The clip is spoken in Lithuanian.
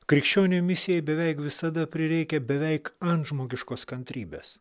krikščionio misijai beveik visada prireikia beveik antžmogiškos kantrybės